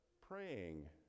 praying